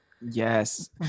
yes